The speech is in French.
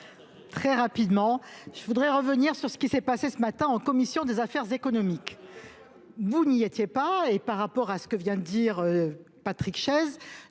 Très rapidement, je voudrais revenir sur ce qui s'est passé ce matin en commission des affaires économiques. Vous n'y étiez pas, et par rapport à ce que vient de dire Patrick Chaise,